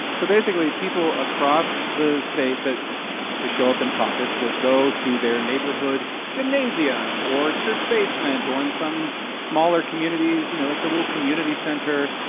so basically, people across the state that want to show up and caucus will go to their neighborhood gymnasium or church basement or in some smaller communities you know, like, the little community center,